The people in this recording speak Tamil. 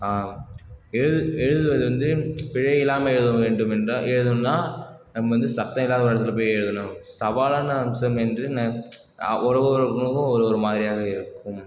எழுது எழுதுவது வந்து பிழை இல்லாமல் எழுத வேண்டும் என்றால் எழுதணும்னால் நம்ம வந்து சத்தம் இல்லாத ஒரு இடத்துல போயி எழுதணும் சவாலான அம்சம் என்று நான் ஒரு ஒருத்தவங்களுக்கு ஒரு ஒரு மாதிரியாக இருக்கும்